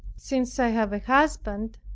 since i have a husband,